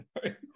sorry